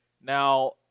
Now